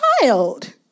child